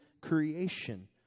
creation